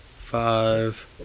Five